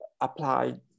applied